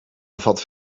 bevat